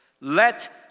let